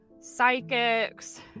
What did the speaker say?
psychics